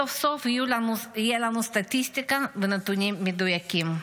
סוף-סוף יהיו לנו סטטיסטיקה ונתונים מדויקים.